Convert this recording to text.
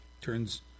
Turns